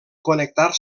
connectar